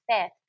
fifth